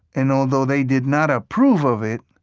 and although they did not approve of it,